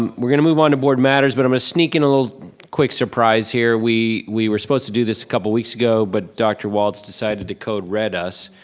um we're gonna move on to board matters, but i'm gonna sneak in a little quick surprise here. we we were supposed to do this a couple weeks ago, but dr. walts decided to code red us.